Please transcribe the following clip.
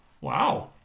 Wow